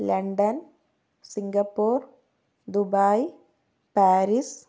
London Singapore Dubai Paris